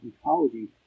ecology